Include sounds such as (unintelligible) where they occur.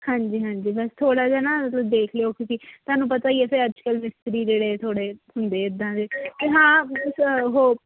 ਹਾਂਜੀ ਹਾਂਜੀ ਬਸ ਥੋੜ੍ਹਾ ਜਿਹਾ ਨਾ ਮਤਲਬ ਦੇਖ ਲਿਓ ਕਿਉਂਕਿ ਤੁਹਾਨੂੰ ਪਤਾ ਹੀ ਹੈ ਫਿਰ ਅੱਜ ਕੱਲ੍ਹ ਮਿਸਤਰੀ ਜਿਹੜੇ ਥੋੜ੍ਹੇ ਹੁੰਦੇ ਇੱਦਾਂ ਦੇ ਅਤੇ ਹਾਂ (unintelligible) ਉਹ